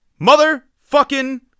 motherfucking